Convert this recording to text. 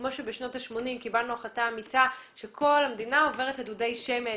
כמו שבשנות ה-80 קיבלנו החלטה אמיצה שכל המדינה עוברת לדודי שמש,